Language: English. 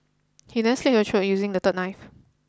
he then slit her throat using the third knife